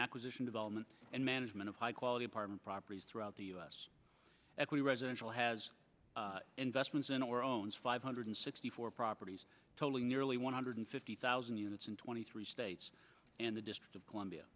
acquisition development and management of high quality apartment properties throughout the u s equity residential has investments in or owns five hundred sixty four properties totaling nearly one hundred fifty thousand units and twenty three states and the district of columbia